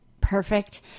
perfect